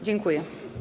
Dziękuję.